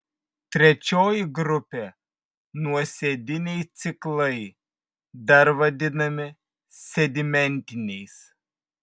trečioji grupė nuosėdiniai ciklai dar vadinami sedimentiniais